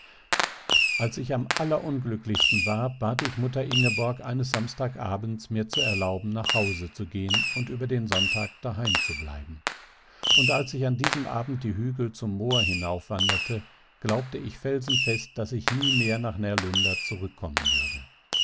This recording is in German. als ich am allerunglücklichsten war bat ich mutter ingeborg eines samstagabends mir zu erlauben nach hause zu gehen und über den sonntag daheim zu bleiben und als ich an diesem abend die hügel zum moor hinaufwanderte glaubte ich felsenfest daß ich nie mehr nach närlunda zurückkommen würde